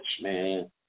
man